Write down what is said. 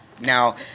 now